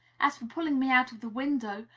as for pulling me out of the window,